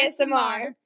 ASMR